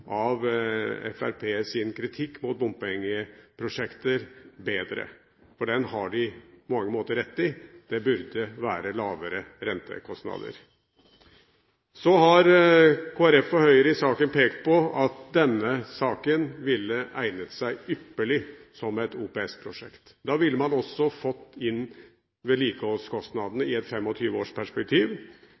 av Fremskrittspartiets kritikk mot bompengeprosjekter bedre, for den har de på mange måter rett i: Det burde være lavere rentekostnader. Så har Kristelig Folkeparti og Høyre pekt på at denne saken ville egnet seg ypperlig som et OPS-prosjekt. Da ville man også fått inn vedlikeholdskostnadene i et